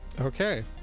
okay